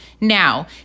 Now